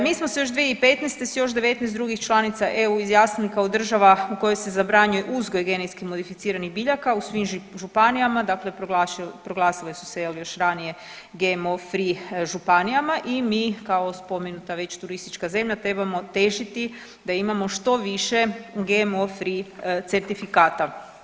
Mi smo se još 2015. s još 19 drugih članica EU izjasnili kao država u kojoj se zabranjuje uzgoj genetski modificiranih biljaka u svim županijama dakle proglasile su se je li još ranije GMO free županijama i mi kao spomenuta već turistička zemlja trebamo težiti da imamo što više GMO free certifikata.